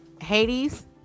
Hades